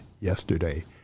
yesterday